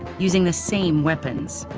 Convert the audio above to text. using the same weapons.